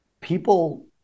people